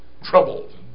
Troubled